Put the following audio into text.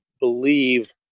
believe